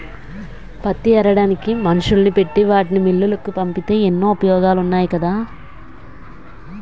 పత్తి ఏరడానికి మనుషుల్ని పెట్టి వాటిని మిల్లులకు పంపితే ఎన్నో ఉపయోగాలున్నాయి కదా